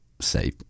say